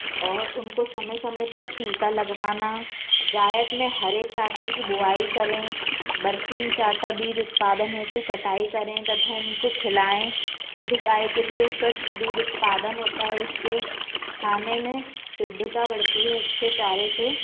और उनको समय समय पर टीका लगवाना जायत में हरे चाटे कि बोवाई करें बरसीम चाटा बीज उत्पादन हेतु कटाई करें तथा इनको खिलाएं अधिक आय के लिए स्वच्छ दूध उत्पादन होता है इससे खाने में शुद्धता बढ़ती है अच्छे चारे से